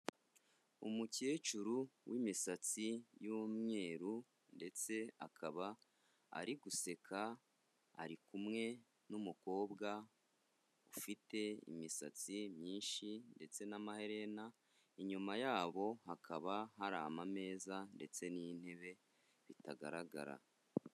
Umukecuru w'imisatsi y'umweru ndetse akaba ari guseka, ari kumwe n'umukobwa ufite imisatsi myinshi ndetse n'amaherena, inyuma yabo hakaba hari amameza ndetse n'intebe bitagaragara.